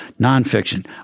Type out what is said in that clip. nonfiction